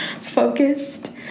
focused